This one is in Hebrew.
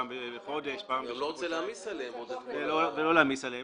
פעם בחודש וכולי ולא להעמיס עליהם,